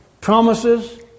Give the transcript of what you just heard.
promises